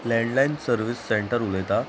landline service center उलयता